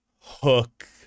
hook